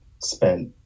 spent